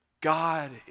God